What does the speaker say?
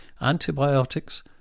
Antibiotics